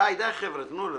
די, חבר'ה, תנו לה.